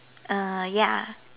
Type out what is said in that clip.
uh ya